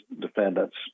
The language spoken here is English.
defendants